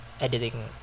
editing